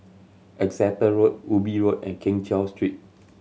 Exeter Road Ubi Road and Keng Cheow Street